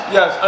Yes